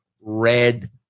red